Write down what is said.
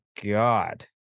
God